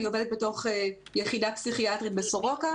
אני עובדת בתוך יחידה פסיכיאטרית בסורוקה,